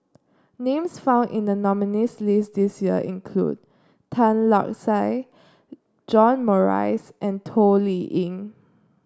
names found in the nominees' list this year include Tan Lark Sye John Morrice and Toh Liying